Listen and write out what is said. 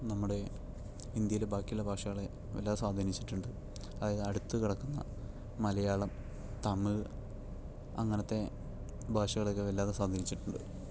നമ്മുടെ ഇന്ത്യയിലെ ബാക്കി ഉള്ള ഭാഷകളെ വല്ലാതെ സ്വാധീനിച്ചിട്ടുണ്ട് അതായത് അടുത്ത് കിടക്കുന്ന മലയാളം തമിൾ അങ്ങനത്തെ ഭാഷകളെയൊക്കെ വല്ലാതെ സ്വാധീനിച്ചിട്ടുണ്ട്